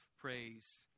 praise